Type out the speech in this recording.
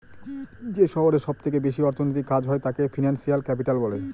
যে শহরে সব থেকে বেশি অর্থনৈতিক কাজ হয় তাকে ফিনান্সিয়াল ক্যাপিটাল বলে